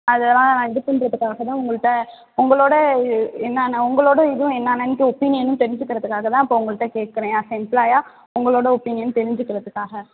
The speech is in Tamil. அதெல்லாம் நான் இது பண்ணுறதுக்காக தான் உங்கள்ட்ட உங்களோடய என்ன என்ன உங்களோடய இதுவும் என்ன என்னென்ட்டு ஒப்பீனியனும் தெரிஞ்சிக்கிறதுக்காகத் தான் இப்போ உங்கள்ட்ட கேக்கிறேன் ஆஸ் அ எம்பிளாயா உங்களோடய ஒப்பீனியன் தெரிஞ்சுக்கிறதுக்காக